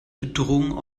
bedrohung